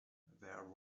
where